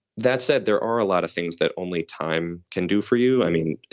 that said, there are a lot of things that only time can do for you. i mean,